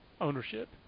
ownership